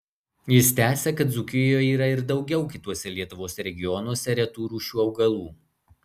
jis tęsia kad dzūkijoje yra ir daugiau kituose lietuvos regionuose retų rūšių augalų